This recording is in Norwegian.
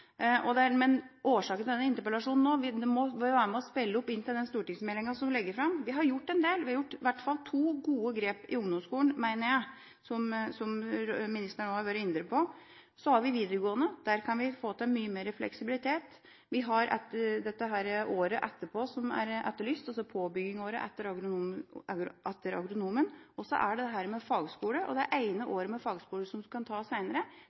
Men årsaken til at jeg tok opp denne interpellasjonen nå, er at vi må komme med innspill til den stortingsmeldinga som skal legges fram. Vi har gjort en del. Vi har i hvert fall gjort to gode grep i ungdomsskolen, mener jeg, som ministeren også har vært inne på. Når det gjelder videregående, kan vi få til mye mer fleksibilitet. Så har vi dette året etterpå, altså påbyggingsåret etter agronomutdanninga, som er etterlyst. Til dette med fagskole: Når det gjelder det ene året med fagskole som man kan ta senere, er det allerede skoler som tilbyr det